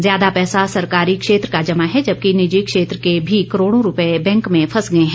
ज्यादा पैसा सरकारी क्षेत्र का जमा है जबकि निजी क्षेत्र के भी करोड़ों रूपए बैंक में फंस गए हैं